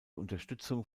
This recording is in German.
unterstützung